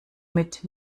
mit